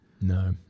No